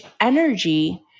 energy